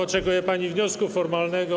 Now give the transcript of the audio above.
Oczekuje pani wniosku formalnego.